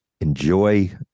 enjoy